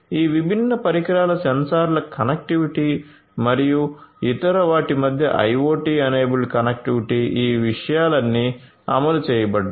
ఈ విభిన్న పరికరాల సెన్సార్ల కనెక్టివిటీ మరియు ఇతర వాటి మధ్య ఐయోటి ఎనేబుల్డ్ కనెక్టివిటీ ఈ విషయాలన్నీ అమలు చేయబడ్డాయి